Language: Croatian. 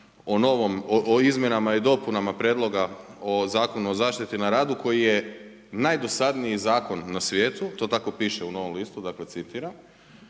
o izmjenama i dopunama Prijedloga o Zakonu o zaštiti na radu koji je najdosadniji zakon na svijetu. To tako piše u Novom listu, dakle citiram,